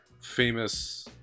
famous